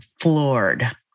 floored